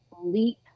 leap